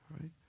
right